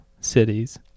cities